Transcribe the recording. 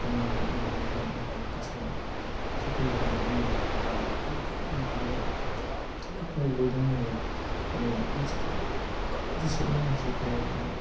ꯄꯨꯡ ꯃꯔꯤ ꯃꯈꯥꯏ ꯅꯨꯡꯗꯥꯡ ꯇꯥꯁꯤꯜꯂꯛꯑꯦ ꯃꯊꯛꯇꯨ ꯌꯧꯕꯗꯗꯤ ꯄꯨꯔꯥ ꯏꯪ ꯏꯪ ꯂꯥꯎꯔꯒ ꯍꯦꯛꯇ ꯄꯨꯔꯥ ꯌꯥꯝ ꯊꯤꯅ ꯀꯣꯜ ꯋꯦꯗꯔꯅꯦꯕ ꯑꯗꯣ ꯅꯨꯡꯁꯤꯠꯁꯨ ꯍꯨꯔꯨ ꯍꯨꯔꯨ ꯌꯥꯝ ꯀꯟꯅꯁꯨ ꯁꯤꯠꯂꯦ ꯅꯨꯡꯁꯤꯠꯇꯣ ꯑꯗꯣ